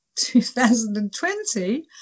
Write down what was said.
2020